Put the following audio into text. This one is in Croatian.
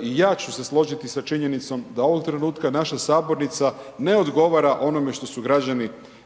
i ja ću se složiti sa činjenicom da ovoga trenutka naša sabornica ne odgovara onome što su građani